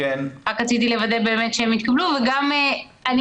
רק רציתי לוודא באמת שהם התקבלו וגם אני